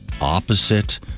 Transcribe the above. opposite